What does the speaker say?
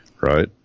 right